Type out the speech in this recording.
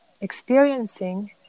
experiencing